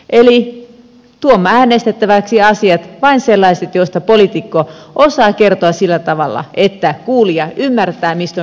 eli meidän pitäisi tuoda äänestettäväksi vain sellaiset asiat joista poliitikko osaa kertoa sillä tavalla että kuulija ymmärtää mistä on kyse